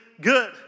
good